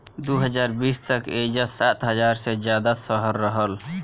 दू हज़ार बीस तक एइजा सात हज़ार से ज्यादा शहर रहल